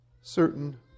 certain